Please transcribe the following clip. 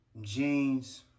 jeans